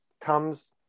comes